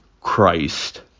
Christ